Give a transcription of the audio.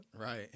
right